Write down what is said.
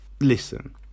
Listen